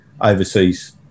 overseas